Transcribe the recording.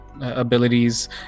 abilities